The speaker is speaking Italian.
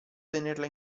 tenerla